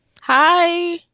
Hi